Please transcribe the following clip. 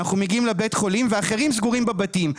אנחנו מגיעים לבית החולים, ואחרים סגורים בבתים.